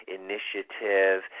initiative